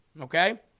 okay